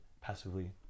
passively